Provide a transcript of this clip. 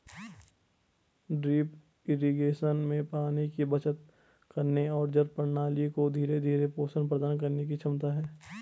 drip irrigation में पानी की बचत करने और जड़ प्रणाली को धीरे धीरे पोषण प्रदान करने की क्षमता है